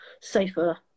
safer